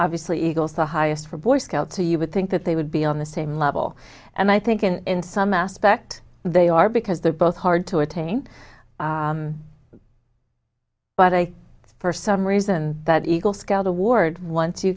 obviously eagles the highest for boy scouts so you would think that they would be on the same level and i think in some aspect they are because they're both hard to attain but i for some reason that eagle scout award once you